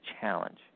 challenge